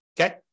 okay